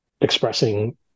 expressing